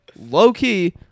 low-key